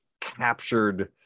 captured